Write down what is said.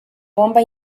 bomba